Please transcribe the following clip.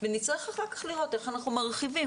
ונצטרך אחר כך לראות איך אנחנו מרחיבים,